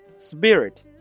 Spirit